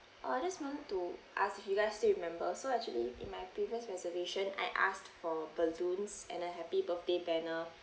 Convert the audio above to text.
oh I just want to ask if you guys still remember so actually in my previous reservation I asked for balloons and a happy birthday banner